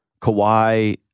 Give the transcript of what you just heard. Kawhi